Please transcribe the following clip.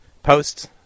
posts